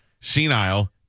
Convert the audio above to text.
senile